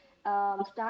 start